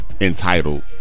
entitled